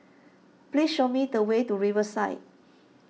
please show me the way to Riverside